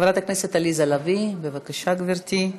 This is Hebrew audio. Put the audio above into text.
חברת הכנסת עליזה לביא, בבקשה, גברתי.